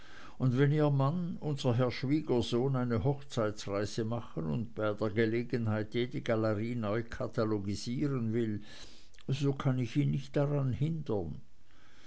und wenn ihr mann unser herr schwiegersohn eine hochzeitsreise machen und bei der gelegenheit jede galerie neu katalogisieren will so kann ich ihn daran nicht hindern